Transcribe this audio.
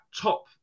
top